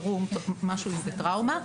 אם זה טראומה,